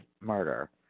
murder